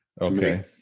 Okay